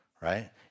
right